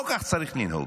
לא כך צריך לנהוג.